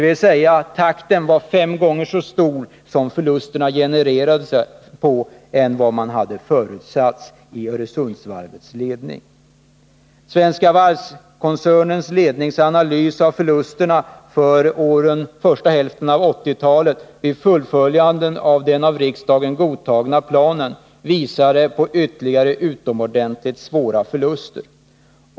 Förlusterna genererades alltså fem gånger snabbare än vad Öresundsvarvets ledning hade förutsatt. Svenska Varvs analys av förlusterna 1980-1984 vid fullföljande av den av riksdagen godtagna planen visade på ytterligare utomordentligt stora förluster.